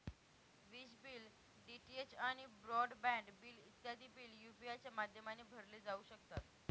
विज bill, DTH आणि broadband bill इत्यादी बिल यू.पी.आय च्या माध्यमाने भरले जाऊ शकतात